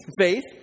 faith